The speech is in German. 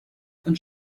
von